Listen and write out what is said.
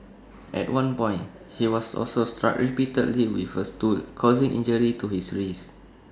at one point he was also struck repeatedly with A stool causing injury to his wrist